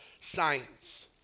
science